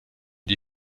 die